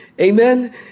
Amen